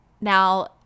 Now